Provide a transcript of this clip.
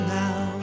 now